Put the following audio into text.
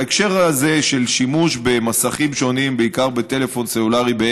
בהקשר הזה של שימוש במסכים שונים בעת הנהיגה,